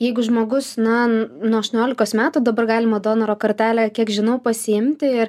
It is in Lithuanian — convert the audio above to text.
jeigu žmogus na nuo aštuoniolikos metų dabar galima donoro kortelę kiek žinau pasiimti ir